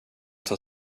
tar